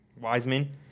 Wiseman